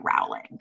rowling